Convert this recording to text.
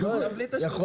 לא, חס וחלילה.